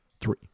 Three